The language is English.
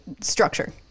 structure